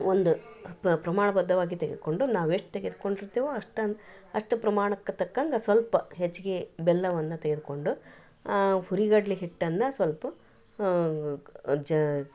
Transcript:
ಒಂದು ಪ್ರಮಾಣ ಬದ್ಧವಾಗಿ ತೆಗೆದುಕೊಂಡು ನಾವು ಎಷ್ಟು ತೆಗೆದ್ಕೊಂಡಿರ್ತೇವೋ ಅಷ್ಟ ಅಷ್ಟು ಪ್ರಮಾಣಕ್ಕ ತಕ್ಕಂಗ ಸ್ವಲ್ಪ ಹೆಚ್ಚಿಗಿ ಬೆಲ್ಲವನ್ನ ತೆಗೆದುಕೊಂಡು ಹುರಿಗಡಲೆ ಹಿಟ್ಟನ್ನ ಸ್ವಲ್ಪ ಜ